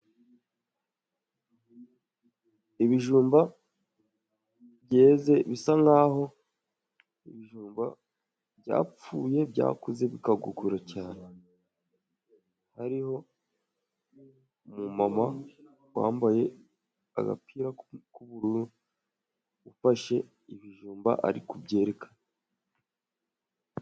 Ibijumba byeze bisa nk'aho ibijumba byapfuye, byakuze bikagugura cyane. Hariho umumama wambaye agapira k'ubururu ufashe ibijumba ari kubyerekana.